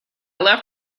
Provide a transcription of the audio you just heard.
left